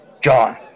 John